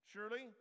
Surely